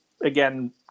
again